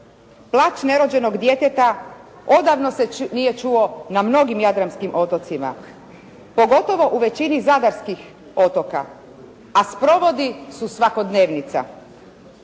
Plač nerođenog djeteta odavno se nije čuo na mnogim jadranskim otocima pogotovo u većini zadarskih otoka, a sprovodi su svakodnevnica.